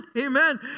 Amen